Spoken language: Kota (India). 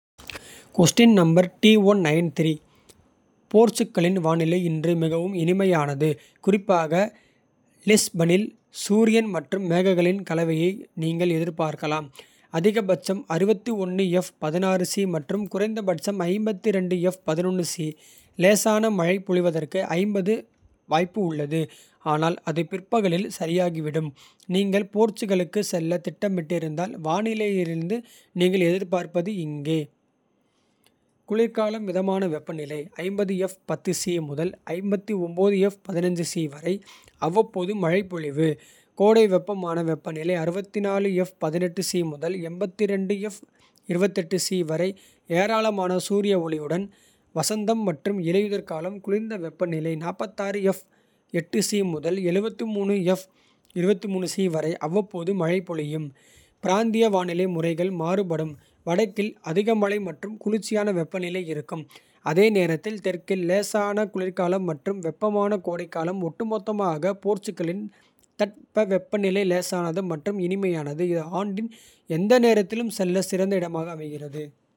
போர்ச்சுகலின் வானிலை இன்று மிகவும் இனிமையானது. குறிப்பாக லிஸ்பனில் சூரியன் மற்றும் மேகங்களின். கலவையை நீங்கள் எதிர்பார்க்கலாம் அதிகபட்சம். மற்றும் குறைந்தபட்சம் லேசான மழை பொழிவதற்கு. 5வாய்ப்பு உள்ளது ஆனால் அது பிற்பகலில் சரியாகிவிடும். நீங்கள் போர்ச்சுகலுக்குச் செல்ல திட்டமிட்டிருந்தால. வானிலையிலிருந்து நீங்கள் எதிர்பார்ப்பது இங்கே. குளிர்காலம்: மிதமான வெப்பநிலை முதல் வரை. அவ்வப்போது மழை பொழிவு கோடை வெப்பமான. வெப்பநிலை முதல் வரை ஏராளமான சூரிய ஒளியுடன். வசந்தம் மற்றும் இலையுதிர் காலம் குளிர்ந்த வெப்பநிலை. முதல் வரை அவ்வப்போது மழை பொழியும். பிராந்திய வானிலை முறைகள் மாறுபடும் வடக்கில். அதிக மழை மற்றும் குளிர்ச்சியான வெப்பநிலை இருக்கும். அதே நேரத்தில் தெற்கில் லேசான குளிர்காலம் மற்றும். வெப்பமான கோடை காலம் ஒட்டுமொத்தமாக. போர்ச்சுகலின் தட்பவெப்பநிலை லேசானது மற்றும். இனிமையானது இது ஆண்டின் எந்த நேரத்திலும். செல்ல சிறந்த இடமாக அமைகிறது.